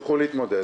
ישמחו להתמודד.